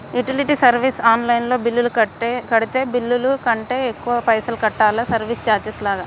Utility service online లో bill కడితే bill కంటే ఎక్కువ పైసల్ కట్టాలా సర్వీస్ చార్జెస్ లాగా?